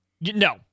No